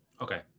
Okay